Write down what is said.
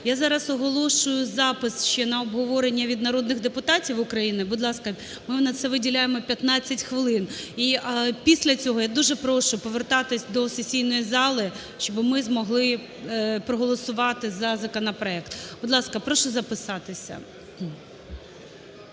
Я зараз оголошую запис ще на обговорення від народних депутатів України. Будь ласка, ми на це виділяємо 15 хвилин. І після цього я дуже прошу повертатись до сесійної зали, щоб ми змогли проголосувати за законопроект. Будь ласка, прошу записатися.